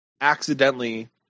accidentally